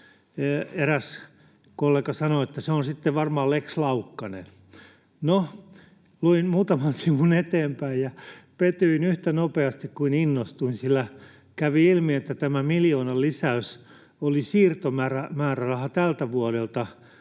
Eräs kollega sanoi, että se on sitten varmaan Lex Laukkanen. No, luin muutaman sivun eteenpäin ja petyin yhtä nopeasti kuin innostuin, sillä kävi ilmi, että tämä miljoonan lisäys oli siirtomääräraha tältä vuodelta,